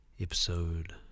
Episode